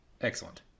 Excellent